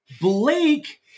Blake